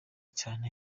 cyane